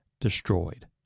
destroyed